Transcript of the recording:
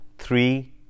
Three